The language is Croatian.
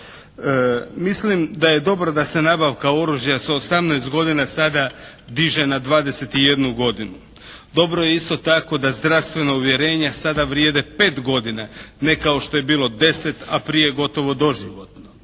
Mislim da je dobro da se nabavka oružja s 18 godina sada diže na 21 godinu. Dobro je isto tako da zdravstvena uvjerenja sada vrijede 5 godina, ne kao što je bilo 10, a prije gotovo doživotno.